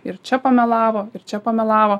ir čia pamelavo ir čia pamelavo